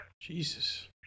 Jesus